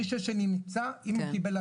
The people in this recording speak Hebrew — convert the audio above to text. כל מי שנמצא אם הוא קיבל הדרכה.